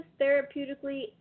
therapeutically